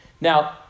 Now